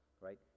right